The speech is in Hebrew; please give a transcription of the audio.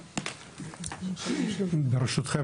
ברשותכם,